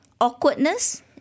awkwardness